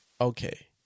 Okay